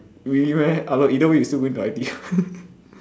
really meh I thought either way you still going to I_T_E